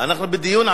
זה לא החוק הזה, דרך